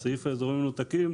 סעיף אזורים מנותקים,